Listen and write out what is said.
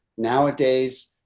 nowadays,